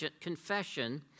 confession